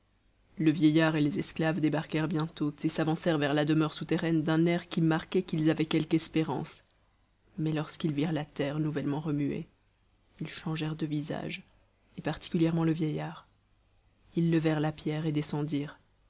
le vieillard et les esclaves débarquèrent bientôt et s'avancèrent vers la demeure souterraine d'un air qui marquait qu'ils avaient quelque espérance mais lorsqu'ils virent la terre nouvellement remuée ils changèrent de visage et particulièrement le vieillard ils levèrent la pierre et descendirent